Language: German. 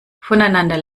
voneinander